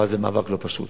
אבל זה מאבק לא פשוט.